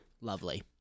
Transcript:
Lovely